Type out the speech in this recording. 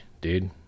dude